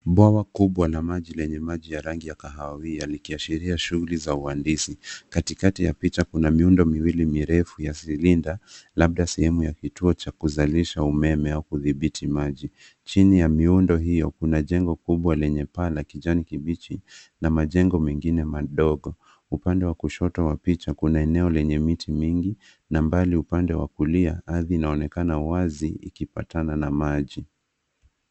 Bwawa kubwa na maji lenye maji ya rangi ya kahawia likiashiria shughuli za uhandisi. Katikati ya picha kuna miundo miwili mirefu ya silinda, labda sehemu ya kituo cha kuzalisha umeme au kudhibiti maji. Chini ya miundo hiyo kuna jengo kubwa lenye paa kijani kibichi, na majengo mengine madogo. Upande wa kushoto wa picha kuna eneo lenye miti mingi, na mbali upande wa kulia, ardhi inaonekana wazi ikipatana na maji.